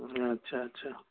ଆଚ୍ଛା ଆଚ୍ଛା